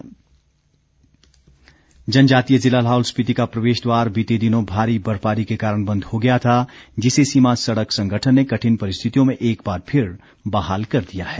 रोहतांग दर्रा जनजातीय जिला लाहौल स्पिति का प्रवेश द्वार बीते दिनों भारी बर्फबारी के कारण बंद हो गया था जिसे सीमा सड़क संगठन ने कठिन परिस्थितियों में एक बार फिर बहाल कर दिया है